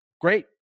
great